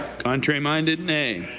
contrary-minded, nay?